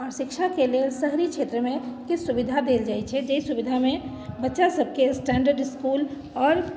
आओर शिक्षाके लेल शहरी क्षेत्रमे किछु सुविधा देल जाइत छै जाहि सुविधामे बच्चासभके स्टैन्डर्ड इस्कुल आओर